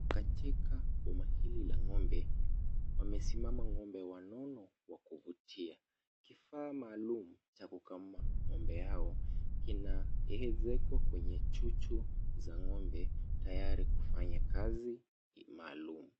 Katika boma hili la ng'ombe. Wamesimama ng'ombe wanono wa kuvutia. Kifaa maalum cha kukama ng'ombe hawa, zimewekwa kwenye chuchu za ng'ombe tayari kufanya kazi maalum.